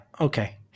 Okay